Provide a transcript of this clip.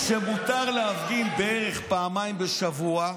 שמותר להפגין בערך פעמיים בשבוע,